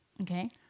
Okay